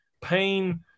pain